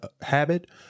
habit